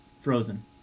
frozen